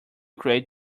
create